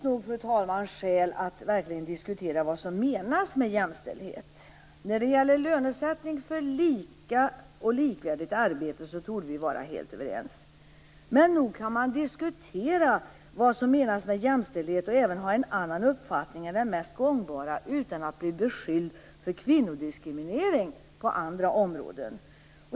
Det finns nog skäl att verkligen diskutera vad som menas med jämställdhet. När det gäller lönesättning för likvärdigt arbete torde vi vara helt överens. Men nog kan man diskutera vad som menas med jämställdhet och även ha en annan uppfattning än den mest gångbara utan att bli beskylld för kvinnodiskriminering på andra områden?